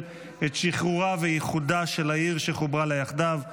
את שחרורה ואיחודה של העיר שחוברה לה יחדיו,